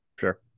Sure